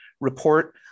report